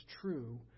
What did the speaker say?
true